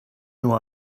nur